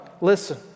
listen